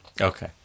okay